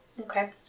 Okay